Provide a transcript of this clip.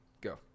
Go